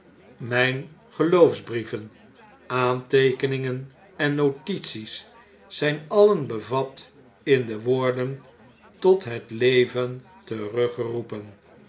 mijne geloofsbrieven aanteekeningen en notities zjjn alien bevat in de woorden tot het leven